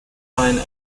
kind